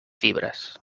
fibres